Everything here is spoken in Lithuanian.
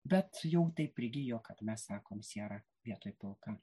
bet jau taip prigijo kad mes sakom siera vietoj pilka